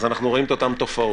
אנחנו רואים את אותן תופעות,